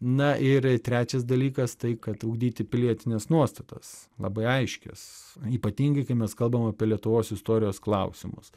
na ir trečias dalykas tai kad ugdyti pilietines nuostatas labai aiškias ypatingai kai mes kalbam apie lietuvos istorijos klausimus